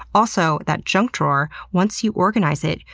also, that junk drawer? once you organize it,